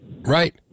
Right